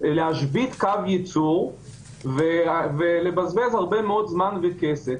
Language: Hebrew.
להשבית קו ייצור ולבזבז הרבה מאוד זמן וכסף.